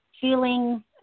feeling